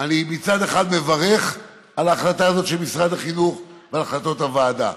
מצד אחד אני מברך על ההחלטה הזאת של משרד החינוך ועל החלטות הוועדה,